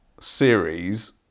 series